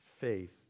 faith